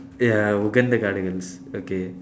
ya okay